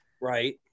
Right